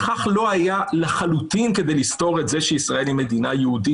בכך לא היה לחלוטין כדי לסתור את זה שישראל היא מדינה יהודית.